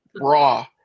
raw